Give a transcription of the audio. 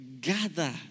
gather